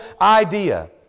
idea